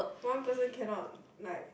one person cannot like